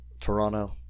Toronto